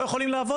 לא יכולים לעבוד.